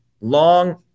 long